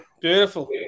beautiful